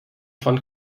von